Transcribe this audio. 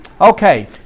okay